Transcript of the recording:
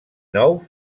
nou